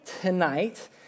tonight